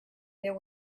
there